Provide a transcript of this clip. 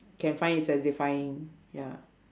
can find it satisfying ya